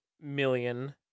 million